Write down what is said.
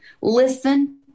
listen